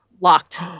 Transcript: locked